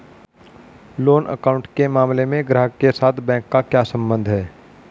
Loan account के मामले में ग्राहक के साथ बैंक का क्या संबंध है?